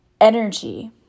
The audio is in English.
energy